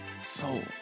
soul